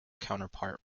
counterpart